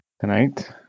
tonight